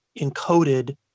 encoded